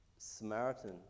samaritan